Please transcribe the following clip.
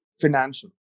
financial